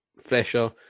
fresher